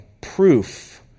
proof